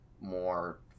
more